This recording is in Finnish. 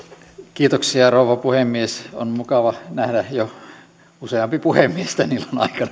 kiitoksia rouva puhemies on mukava nähdä jo useampi puhemies tämän illan aikana